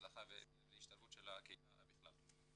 להצלחה בהשתלבות הקהילה בכלל.